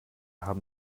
haben